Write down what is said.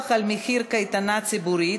הקצאת מקום חניה לנכה סמוך למקום מגוריו),